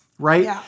Right